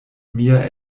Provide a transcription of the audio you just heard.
mia